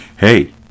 Hey